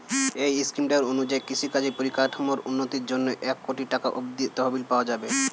এই স্কিমটার অনুযায়ী কৃষিকাজের পরিকাঠামোর উন্নতির জন্যে এক কোটি টাকা অব্দি তহবিল পাওয়া যাবে